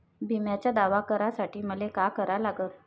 बिम्याचा दावा करा साठी मले का करा लागन?